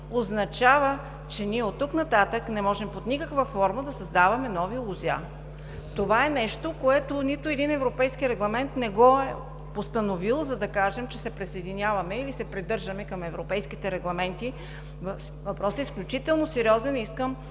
означава, че оттук нататък ние не можем под никаква форма да създаваме нови лозя. Това е нещо, което нито един европейски регламент не го е постановил, за да кажем, че се присъединяваме или се придържаме към европейските регламенти. Въпросът е изключително сериозен и искам